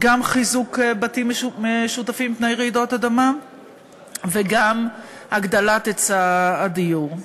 גם חיזוק בתים משותפים מפני רעידות אדמה וגם הגדלת היצע הדיור.